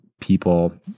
people